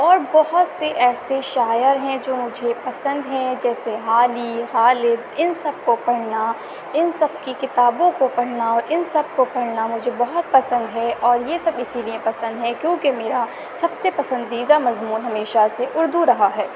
اور بہت سے ایسے شاعر ہیں جو مجھے پسند ہیں جیسے حالی غالب ان سب کو پڑھنا ان سب کی کتابوں کو پڑھنا اور ان سب کو پڑھنا مجھے بہت پسند ہے اور یہ سب اسی لیے پسند ہے کیوں کہ میرا سب سے پسندیدہ مضمون ہمیشہ سے اردو رہا ہے